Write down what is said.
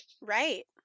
Right